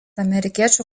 amerikiečių